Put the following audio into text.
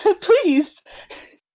Please